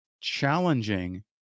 challenging